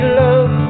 love